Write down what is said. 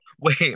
Wait